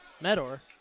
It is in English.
Medor